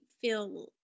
feel